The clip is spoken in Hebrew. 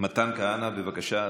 מתן כהנא, בבקשה,